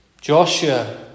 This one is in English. Joshua